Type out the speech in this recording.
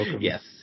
Yes